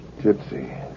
Gypsy